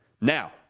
Now